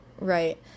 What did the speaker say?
Right